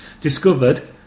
Discovered